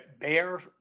Bear